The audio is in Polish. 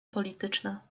polityczna